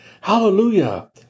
Hallelujah